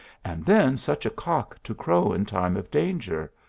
and then such a cock to crow in time of danger!